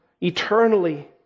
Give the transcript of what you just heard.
eternally